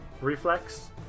reflex